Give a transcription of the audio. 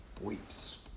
weeps